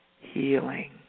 healing